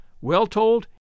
Well-told